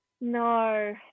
No